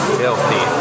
filthy